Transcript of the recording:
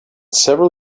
several